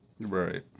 Right